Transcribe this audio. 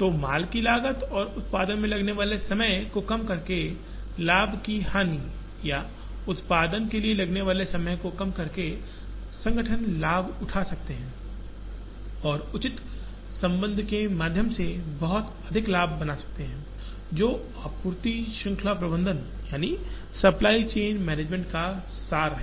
तो माल की लागत और उत्पादन में लगने वाले समय को कम करके लाभ की हानि या उत्पादन के लिए लगने वाले समय को कम करके संगठन लाभ उठा सकते हैं और उचित संबंध के माध्यम से बहुत अधिक लाभ बना सकते हैं जो आपूर्ति श्रृंखला प्रबंधन सप्लाई चेन मैनेजमेंट का सार है